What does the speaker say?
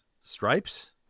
Stripes